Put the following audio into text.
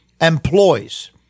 employs